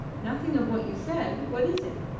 nothing of what you said. what is it?